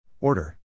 Order